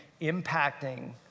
impacting